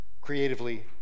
creatively